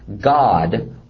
God